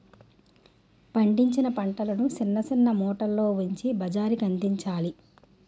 పండించిన పంటలను సిన్న సిన్న మూటల్లో ఉంచి బజారుకందించాలి